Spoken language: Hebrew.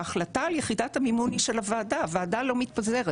ההחלטה על יחידת המימון היא של הוועדה והוועדה לא מתפזרת.